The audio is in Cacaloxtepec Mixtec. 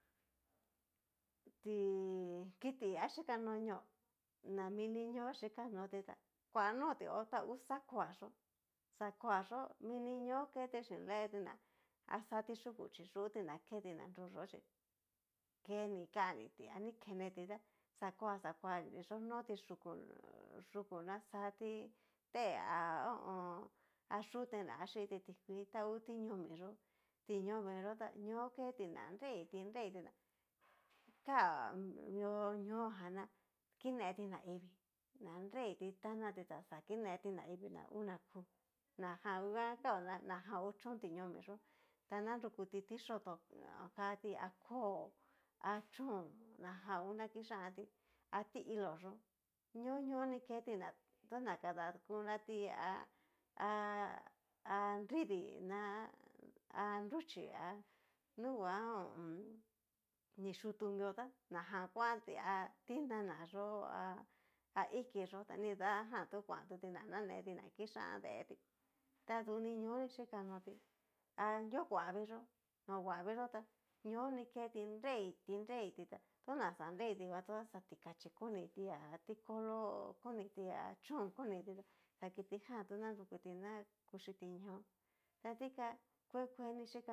Ti kiti ha xhikanó ñoo, na mini ñoo xhikanoti tá kua noti hó ta ngu xakuá yo'o, xakuá yo'o mini ñoo keti xhin dee tí ná, axati yúku chi yuti na keti ná nruyó chí keni taniti ni keneti tá xakua xakua yó noti yúku, yúku na xati tée ha ho o on. ha yuté na xhiti tikuii, ta ngu tiñomi yó, tiñomi yó ñó'o keti na nreiti nreti tí ka mio ñoo jan ná kine naivii na nreiti tanati ta xa kineti naivii una kú, najan nguan kaó na najan ngu chon tiñomi yo ta narukuti tiyoto kati ha koo a chón najan ngu na kixianti, a ti'ilo yó ñoo ñoo ni keti na tona kadakunati a- a- a nridí na ha nruxhí ha nunguan hu u un. ni chutu mió tá najan kuanti a tinana yó a iki yó'o nidajan ta kuantuti na naneti na kixan detí ta duni ñoni xhikanoti a nriohuaviyó, nriohuaviyó ta ñoni keti nreiti nreiti ta tona xa nreiti nguan tada xá tikachí koniti a tikolo konití a chón koniti ta kitijan tu na nrukuti na kuchiti ñóo ta dikan kue keu ni xhí.